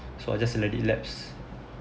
so I just let it laps